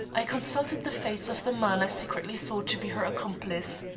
i consulted the face of the man i secretly thought to be her accomplice.